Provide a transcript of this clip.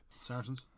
Saracens